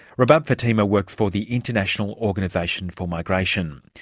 rabab fatima works for the international organisation for migration.